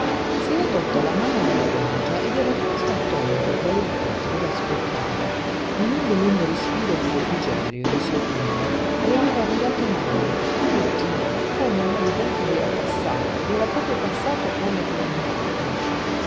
si era tolta la mano dalla guancia ed era rimasto attonito sbalordito ad ascoltare un lungo lungo respiro di refrigerio di sollievo gli aveva ridato l'anima oh dio ma come il mal di denti gli era passato gli era proprio passato come per un miracolo